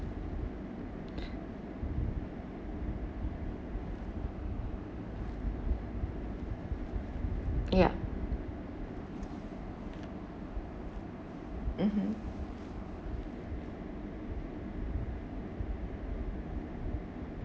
ya mmhmm